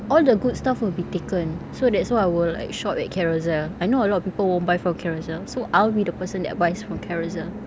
all the good stuff will be taken so that's why I will like shop at carousell I know a lot of people won't buy from carousell so I'll be the person that buys from carousell